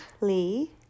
Lee